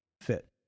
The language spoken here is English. fit